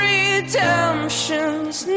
Redemption's